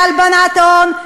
בהלבנת הון,